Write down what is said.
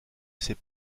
ces